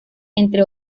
entre